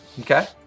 Okay